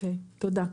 תודה.